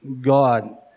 God